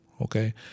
Okay